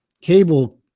cable